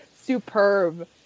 superb